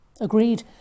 agreed